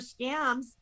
scams